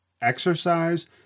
Exercise